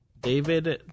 David